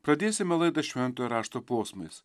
pradėsime laidą šventojo rašto posmais